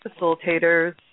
facilitators